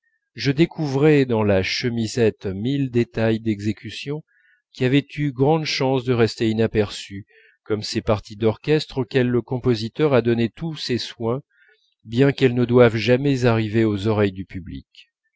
je découvrais dans la chemisette mille détails d'exécution qui avaient eu grande chance de rester inaperçus comme ces parties d'orchestre auxquelles le compositeur a donné tous ses soins bien qu'elles ne doivent jamais arriver aux oreilles du public